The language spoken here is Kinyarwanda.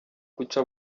guca